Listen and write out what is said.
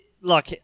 look